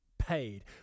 paid